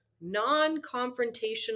non-confrontational